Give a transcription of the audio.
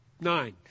nine